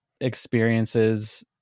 experiences